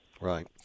Right